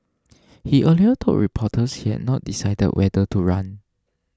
he earlier told reporters he had not decided whether to run